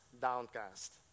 downcast